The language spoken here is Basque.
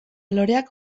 loreak